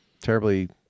terribly